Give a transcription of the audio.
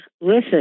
listen